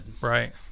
Right